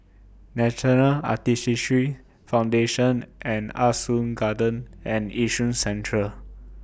National Arthritis Foundation Ah Soo Garden and Yishun Central